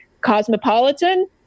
Cosmopolitan